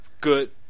good